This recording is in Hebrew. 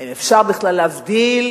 האם אפשר בכלל להבדיל,